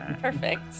Perfect